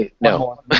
No